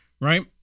right